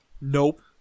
Nope